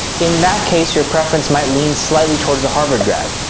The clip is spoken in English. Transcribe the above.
in that case, your preference might lean slightly towards the harvard grad.